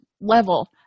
level